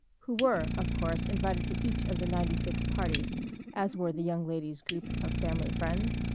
who were of course invited to each of the ninety-six parties as were the young lady's group of family friends,